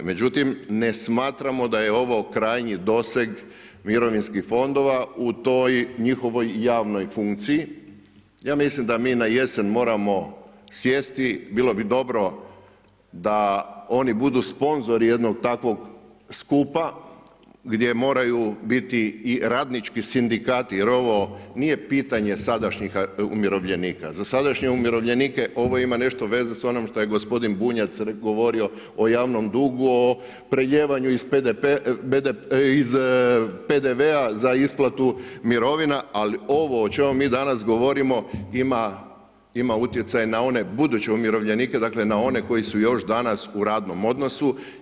Međutim ne smatramo da je ovo krajnji doseg mirovinskih fondova u toj njihovoj javnoj funkciji, ja mislim da mi na jesen moramo sjesti, bilo bi dobro da oni budu sponzori jednog takvog skupa gdje moraju biti i radnički sindikati jer ovo nije pitanje sadašnjih umirovljenika, za sadašnje umirovljenike ovo ima nešto veze s onim što je gospodin Bunjac govorio o javnom dugu, o prelijevanju iz PDV-a za isplatu mirovina, ali ovo o čemu mi danas govorimo ima utjecaj na one buduće umirovljenike, dakle na one koji su još danas u radnom odnosu.